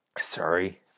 Sorry